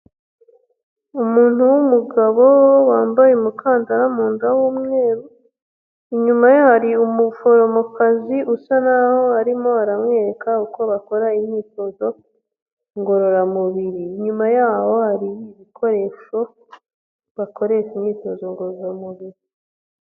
Umuntu w'umugabo, wambaye umukandara munda w'umweru, inyuma ye, hari umuforomokazi usa nk'aho arimo aramwereka uko bakora imyitozo ngororamubiri. Inyuma yaho, hari ibikoresho bakoresha imyitozo ngororamubiri.